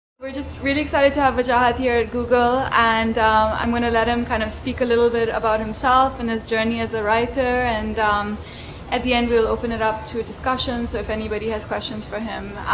just really excited to have wajahat here at google. and i'm going to let him kind of speak a little bit about himself and his journey as a writer. and at the end, we'll open it up to a discussion, so if anybody has questions for him,